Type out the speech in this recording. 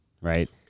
right